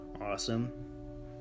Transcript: awesome